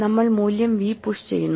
നമ്മൾ മൂല്യം v push ചെയ്യുന്നു